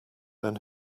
then